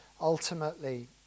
ultimately